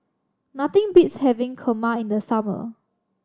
nothing beats having Kheema in the summer